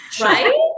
Right